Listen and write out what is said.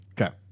Okay